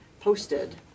posted